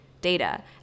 data